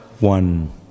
one